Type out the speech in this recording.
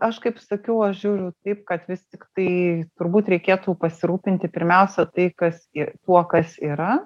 aš kaip sakiau aš žiūriu taip kad vis tiktai turbūt reikėtų pasirūpinti pirmiausia tai kas ir tuo kas yra